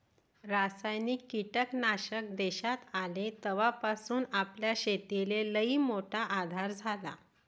रासायनिक कीटकनाशक देशात आले तवापासून आपल्या शेतीले लईमोठा आधार झाला